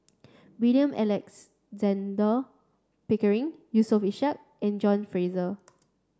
William Alexander Pickering Yusof Ishak and John Fraser